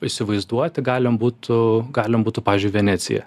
įsivaizduoti galim būtų galim būtų pavyzdžiui venecija